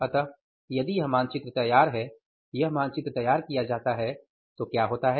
अतः यदि यह मानचित्र तैयार है यह मानचित्र तैयार किया जाता है तो क्या होता है